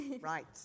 right